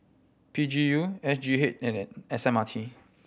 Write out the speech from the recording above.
P G U S G H and S M R T